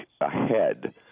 ahead